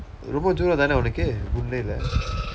ரொம்ப தூரம் தானே உனக்கு:rompa thuuram thaanee unakku Boon-Lay leh